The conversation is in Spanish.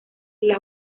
las